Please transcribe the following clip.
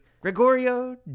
Gregorio